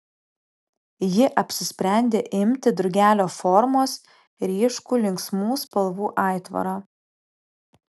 ji apsisprendė imti drugelio formos ryškų linksmų spalvų aitvarą